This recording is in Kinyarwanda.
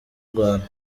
rwanda